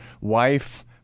wife